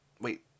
Wait